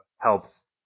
helps